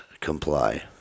comply